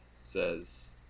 says